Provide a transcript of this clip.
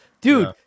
dude